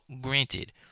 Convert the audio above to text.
granted